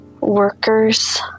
workers